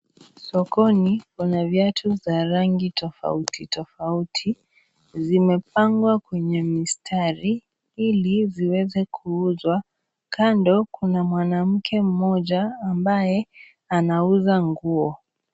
Sokoni, kuna viatu za rangi tofauti tofauti. Zimepangwa kwenye mistari, ili ziweze kuuzwa. Kando kuna mwanamke mmoja, ambaye anauza nguo.